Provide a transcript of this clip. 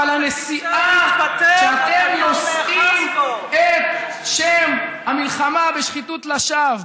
אבל הנשיאה שאתם נושאים את שם המלחמה בשחיתות לשווא,